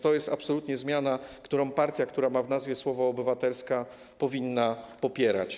To jest absolutnie zmiana, którą partia, która ma w nazwie słowo „obywatelska”, powinna popierać.